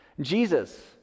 Jesus